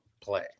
play